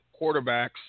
quarterbacks